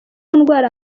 ndwara